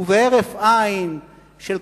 ובהרף עין של כוחנות,